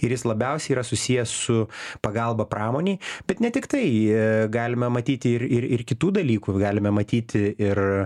ir jis labiausiai yra susijęs su pagalba pramonei bet ne tik tai galime matyti ir ir ir kitų dalykų galime matyti ir